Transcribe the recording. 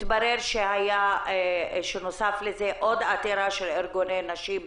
התברר שנוספה לזה עוד עתירה של ארגוני נשים,